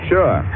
Sure